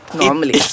normally